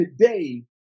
today